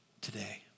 today